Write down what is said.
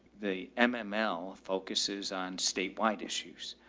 the um ah mml focuses on statewide issues,